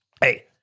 Hey